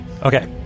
Okay